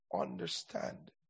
understand